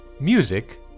Music